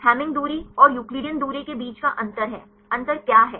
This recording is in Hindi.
हैमिंग दूरी और यूक्लिडियन दूरी के बीच का अंतर है अंतर क्या है